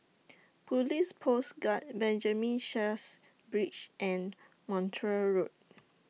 Police Post Guard Benjamin Sheares Bridge and Montreal Road